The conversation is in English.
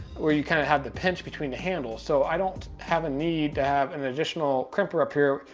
where you kind of have the pinch between the handle, so i don't have a need to have an additional crimper up here,